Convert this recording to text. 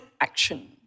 action